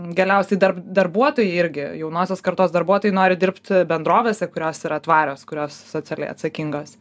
galiausiai darb darbuotojai irgi jaunosios kartos darbuotojai nori dirbt bendrovėse kurios yra tvarios kurios socialiai atsakingos